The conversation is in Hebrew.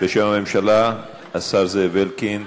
בשם הממשלה השר זאב אלקין,